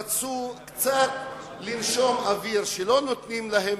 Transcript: רצו קצת לנשום אוויר, שלא נותנים להם.